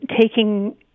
taking